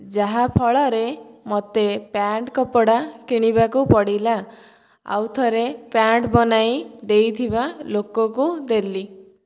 ଯାହା ଫଳରେ ମୋତେ ପ୍ୟାଣ୍ଟ୍ କପଡ଼ା କିଣିବାକୁ ପଡ଼ିଲା ଆଉ ଥରେ ପ୍ୟାଣ୍ଟ୍ ବନାଇ ଦେଇଥିବା ଲୋକକୁ ଦେଲି